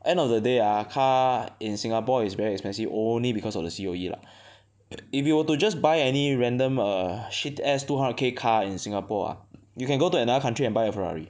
end of the day ah car in Singapore is very expensive only because of the C_O_E lah if you were to just buy any random err shit ass two hundred K car in Singapore ah you can go to another country and buy a Ferrari